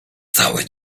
cały